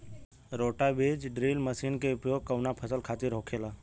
रोटा बिज drill machine के उपयोग कऊना फसल खातिर होखेला?